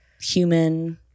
human